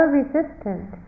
resistant